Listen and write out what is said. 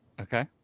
Okay